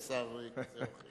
הוא לא מדבר בשם שר כזה או אחר.